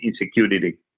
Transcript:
insecurity